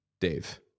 Dave